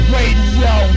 Radio